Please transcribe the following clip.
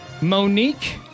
Monique